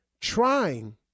trying